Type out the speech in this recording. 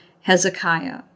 Hezekiah